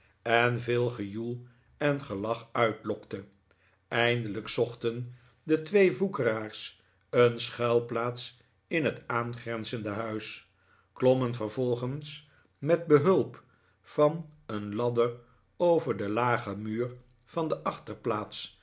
en veel gejoel en gelach uitlokte eindelijk zochten de twee woekeraars een schuilplaats in het aangrenzende huis klommen vervolgens met behulp van een ladder over den lagen muur van de